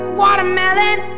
watermelon